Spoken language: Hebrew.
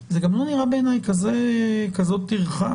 זה גם לא נראה בעיניי כזאת טרחה